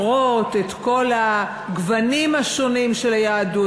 המסורות, את כל הגוונים השונים של היהדות.